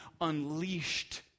unleashed